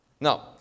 Now